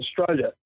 Australia